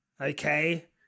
okay